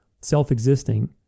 self-existing